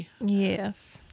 Yes